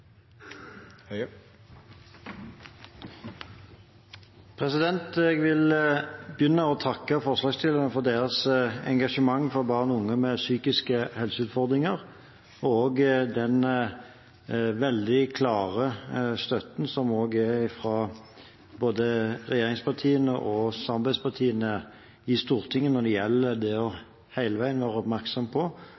meg! Jeg vil begynne med å takke forslagsstillerne for deres engasjement for barn og unge med psykiske helseutfordringer, og også for den veldig klare støtten fra både regjeringspartiene og samarbeidspartiene i Stortinget når det gjelder hele veien å